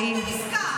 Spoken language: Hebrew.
עם מי חותמים עסקה?